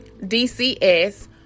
DCS